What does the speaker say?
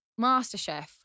MasterChef